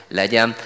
legyen